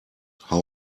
how